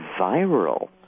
viral